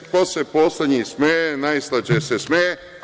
Ko se poslednji smeje, najslađe se smeje.